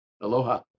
aloha